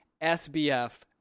SBF